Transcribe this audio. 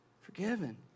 Forgiven